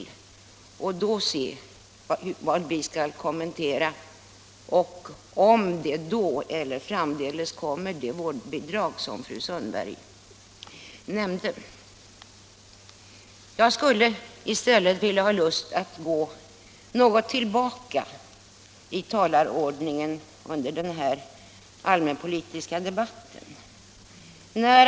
Vi får då se vad vi skall kommentera och om förslag om de vårdbidrag som fru Sundberg nämnde framläggs då eller framdeles. Jag har nu i stället lust att gå något tillbaka på talarlistan för den här allmänpolitiska debatten.